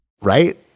right